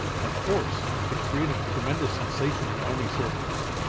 of course it created a tremendous sensation in army circles.